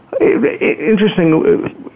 Interesting